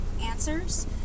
answers